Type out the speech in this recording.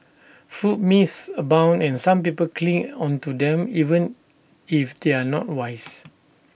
food myths abound and some people cling onto them even if they are not wise